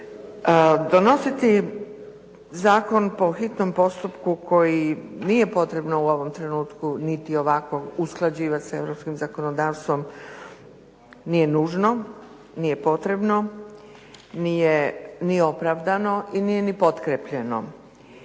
Donositi zakon po hitnom postupku koji nije potrebno u ovom trenutku niti ovako usklađivati s europskim zakonodavstvom nije nužno, nije potrebno, nije ni opravdano i nije ni potkrijepljeno.